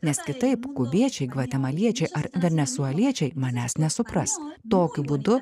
nes kitaip kubiečiai gvatemaliečiai ar venesueliečiai manęs nesupras tokiu būdu